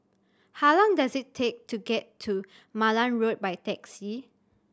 how long does it take to get to Malan Road by taxi